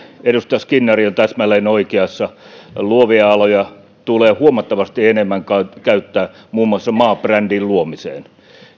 edustaja skinnari on täsmälleen oikeassa luovia aloja tulee huomattavasti enemmän käyttää muun maussa maabrändin luomiseen